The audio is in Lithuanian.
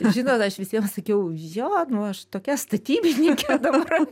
žinot aš visiems sakiau jo nu aš tokia statybininkė dabar